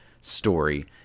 story